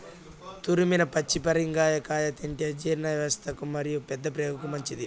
తురిమిన పచ్చి పరింగర కాయ తింటే జీర్ణవ్యవస్థకు మరియు పెద్దప్రేగుకు మంచిది